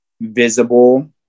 visible